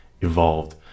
evolved